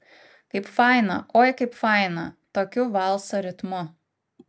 kaip faina oi kaip faina tokiu valso ritmu